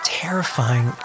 terrifying